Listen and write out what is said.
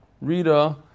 Rita